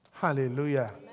Hallelujah